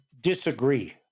disagree